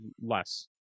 less